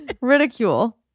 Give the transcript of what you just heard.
ridicule